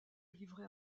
livrait